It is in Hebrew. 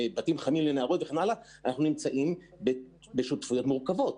אנחנו נמצאים בשותפויות מורכבות.